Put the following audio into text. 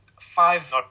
Five